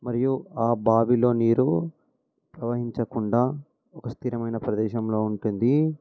మరియు ఆ బావిలో నీరు ప్రవహించకుండా ఒక స్థిరమైన ప్రదేశంలో ఉంటుంది